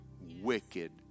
wicked